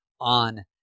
on